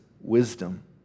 wisdom